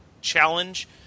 challenge